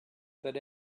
but